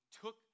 took